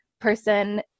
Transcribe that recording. person